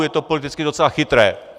Je to politicky docela chytré.